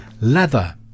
Leather